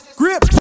grip